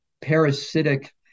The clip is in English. parasitic